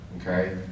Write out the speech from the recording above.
okay